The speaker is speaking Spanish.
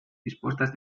dispuestas